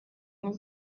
nko